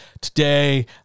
today